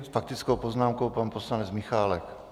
S faktickou poznámkou pan poslanec Michálek.